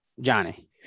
Johnny